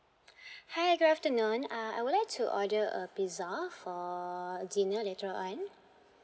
hi good afternoon uh I would like to order a pizza for dinner later on